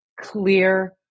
clear